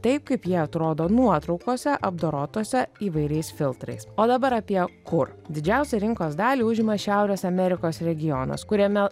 taip kaip jie atrodo nuotraukose apdorotose įvairiais filtrais o dabar apie kur didžiausią rinkos dalį užima šiaurės amerikos regionas kuriame